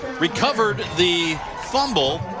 recovers the fumble.